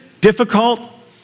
difficult